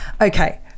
okay